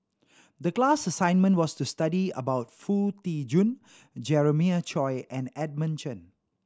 the class assignment was to study about Foo Tee Jun Jeremiah Choy and Edmund Chen